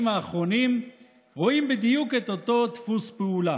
האחרונים רואים בדיוק את אותו דפוס פעולה.